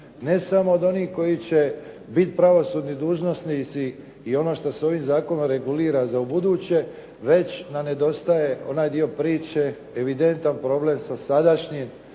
ne samo od onih koji će biti pravosudni dužnosnici i ono što se ovim zakonom regulira za ubuduće već nam nedostaje onaj dio priče, evidentan problem sa sadašnjim,